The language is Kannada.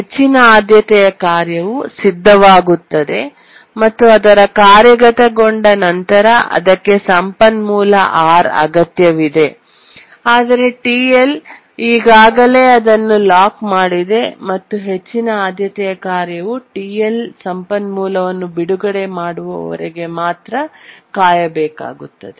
ಹೆಚ್ಚಿನ ಆದ್ಯತೆಯ ಕಾರ್ಯವು ಸಿದ್ಧವಾಗುತ್ತದೆ ಮತ್ತು ಅದರ ಕಾರ್ಯಗತಗೊಂಡ ನಂತರ ಅದಕ್ಕೆ ಸಂಪನ್ಮೂಲ R ಅಗತ್ಯವಿದೆ ಆದರೆ TL ಈಗಾಗಲೇ ಅದನ್ನು ಲಾಕ್ ಮಾಡಿದೆ ಮತ್ತು ಹೆಚ್ಚಿನ ಆದ್ಯತೆಯ ಕಾರ್ಯವು TL ಸಂಪನ್ಮೂಲವನ್ನು ಬಿಡುಗಡೆ ಮಾಡುವವರೆಗೆ ಮಾತ್ರ ಕಾಯಬೇಕಾಗುತ್ತದೆ